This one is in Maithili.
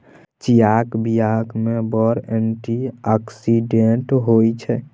चीयाक बीया मे बड़ एंटी आक्सिडेंट होइ छै